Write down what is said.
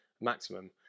maximum